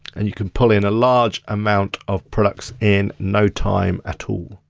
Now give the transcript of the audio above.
and you can pull in a large amount of products in no time at all.